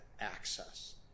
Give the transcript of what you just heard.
access